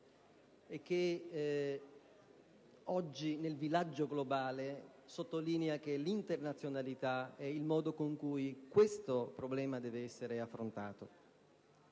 e che oggi, nel villaggio globale, sottolinea che l'internazionalità è il modo con cui questo problema deve essere affrontato.